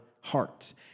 hearts